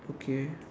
okay